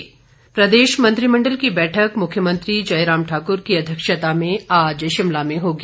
मंत्रिमंडल प्रदेश मंत्रिमंडल की बैठक मुख्यमंत्री जयराम ठाकुर की अध्यक्षता में आज शिमला में होगी